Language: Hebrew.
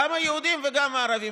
גם היהודים וגם הערבים.